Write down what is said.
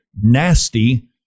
nasty